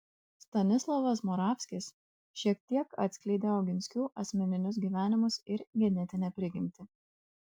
stanislovas moravskis šiek tiek atskleidė oginskių asmeninius gyvenimus ir genetinę prigimtį